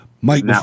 Mike